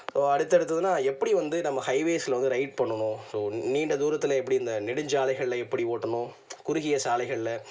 இப்போ அடுத்தடுத்ததுன்னால் எப்படி வந்து நம்ம ஹைவேஸில் வந்து ரைட் பண்ணணும் ஸோ நீண்ட தூரத்தில் எப்படி இந்த நெடுஞ்சாலைகளில் எப்படி ஓட்டணும் குறுகிய சாலைகளில்